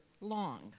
long